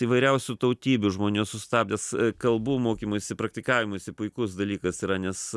įvairiausių tautybių žmonių sustabdęs kalbų mokymuisi praktikavimuisi puikus dalykas yra nes